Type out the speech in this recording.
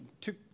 two